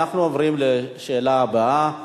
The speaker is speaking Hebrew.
אנחנו עוברים לשאלה הבאה.